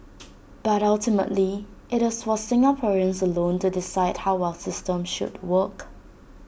but ultimately IT is for Singaporeans alone to decide how our system should work